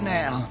now